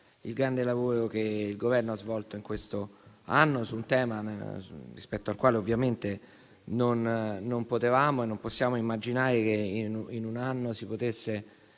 il grande lavoro svolto dal Governo in questo anno su un tema rispetto al quale ovviamente non potevamo e non possiamo immaginare che in un lasso di tempo